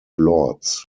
lords